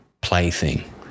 plaything